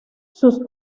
sus